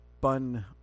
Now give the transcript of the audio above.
bun